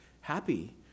happy